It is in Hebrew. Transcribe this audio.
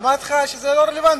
אמרתי לך שזה לא רלוונטי.